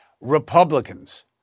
Republicans